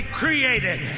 created